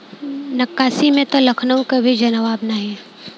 नक्काशी में त लखनऊ क भी जवाब नाही